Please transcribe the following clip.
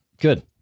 Good